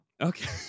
Okay